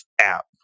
app